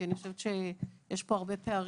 כי אני חושבת שמצביעים פה על הרבה פערים